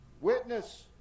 Witness